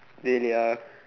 really ah